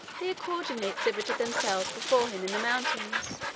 they accordingly exhibited themselves before him in the mountains,